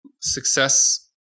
success